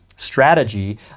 Strategy